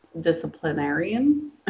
disciplinarian